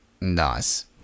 Nice